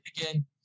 again